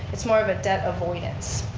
it's more of a debt avoidance.